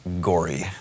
gory